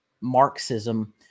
Marxism